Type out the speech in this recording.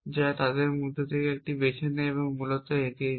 যা তাদের মধ্যে থেকে একটি বেছে নিন এবং মূলত এগিয়ে যান